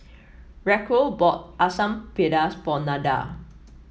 Racquel bought Asam Pedas for Nada